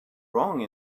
wrong